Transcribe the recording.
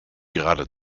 gerade